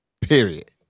period